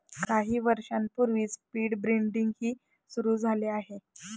काही वर्षांपूर्वी स्पीड ब्रीडिंगही सुरू झाले आहे